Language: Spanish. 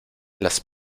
las